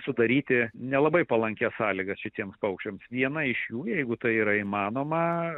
sudaryti nelabai palankias sąlygas šitiems paukščiams viena iš jų jeigu tai yra įmanoma